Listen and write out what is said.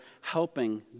helping